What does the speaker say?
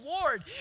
Lord